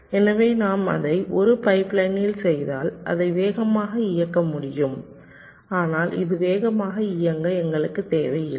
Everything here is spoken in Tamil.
எனவே நாம் அதை ஒரு பைப்லைனில் செய்தால் அதை வேகமாக இயக்க முடியும் ஆனால் இது வேகமாக இயங்க எங்களுக்கு தேவையில்லை